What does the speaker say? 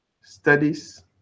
Studies